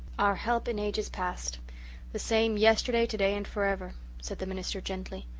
our help in ages past' the same yesterday, to-day and for ever said the minister gently.